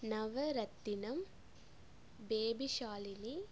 நவரத்தினம் பேபிஷாலினி